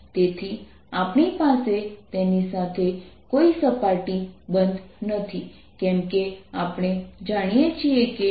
તેથી આપણી પાસે તેની સાથે કોઈ સપાટી બંધ નથી કેમ કે આપણે જાણીએ છીએ કે